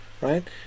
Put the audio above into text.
right